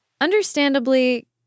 Understandably